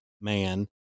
Man